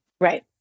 Right